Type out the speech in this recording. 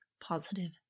positive